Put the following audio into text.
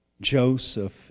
Joseph